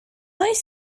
oes